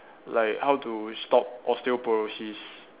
like how to stop osteoporosis